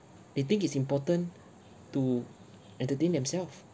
they think it's important to entertain themselves